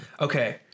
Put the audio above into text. okay